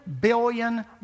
billion